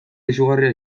izugarria